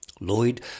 Lloyd